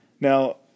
Now